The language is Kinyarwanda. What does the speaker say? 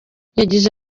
yagize